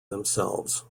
themselves